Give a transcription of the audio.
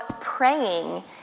praying